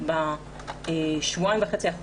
ביקורת מעקב, דוח 71א של מבקר המדינה.